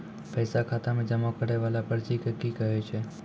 पैसा खाता मे जमा करैय वाला पर्ची के की कहेय छै?